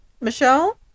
michelle